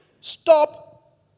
Stop